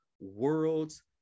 world's